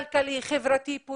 (משמיעה הקלטה בשפה הערבית).